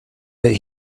that